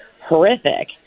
horrific